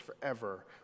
forever